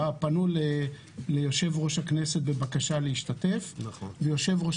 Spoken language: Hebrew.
פנו ליושב-ראש הכנסת בבקשה להשתתף ויושב-ראש